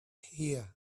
here